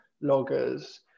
loggers